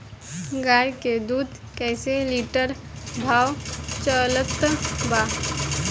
गाय के दूध कइसे लिटर भाव चलत बा?